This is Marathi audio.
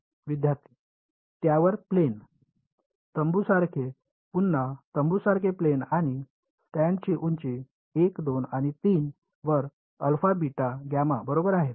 विद्यार्थीः त्यावर प्लेन तंबूसारखे पुन्हा तंबूसारखे प्लेन आणि स्टँडची उंची 1 2 आणि 3 वर अल्फा बीटा गॅमा बरोबर आहे